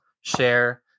share